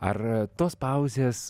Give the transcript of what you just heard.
ar tos pauzės